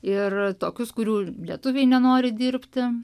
ir tokius kurių lietuviai nenori dirbti